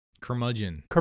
Curmudgeon